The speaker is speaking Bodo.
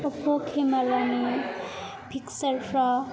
अप्प' केमेरानि पिक्चारफोरा